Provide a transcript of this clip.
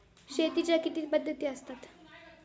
शेतीच्या किती पद्धती असतात?